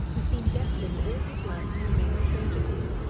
who seemed destined all his life to remain a stranger to him.